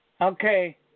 Okay